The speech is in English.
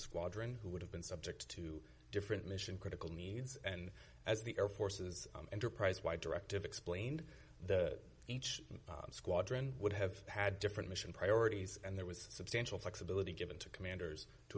squadron who would have been subject to different mission critical needs and as the air force's enterprise wide directive explained that each squadron would have had different mission priorities and there was substantial flexibility given to commanders to